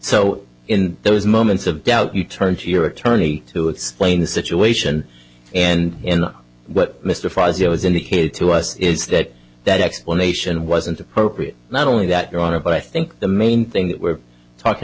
so in those moments of doubt you turn to your attorney to explain the situation and what mr fazio is indicated to us is that that explanation wasn't appropriate not only that your honor but i think the main thing that we're talking